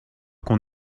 qu’on